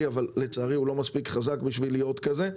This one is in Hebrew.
אבל לצערי הוא לא מספיק חזק בשביל להיות כזה.